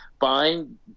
buying